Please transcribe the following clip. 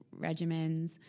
regimens